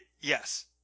yes